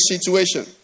situation